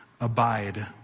Abide